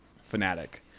fanatic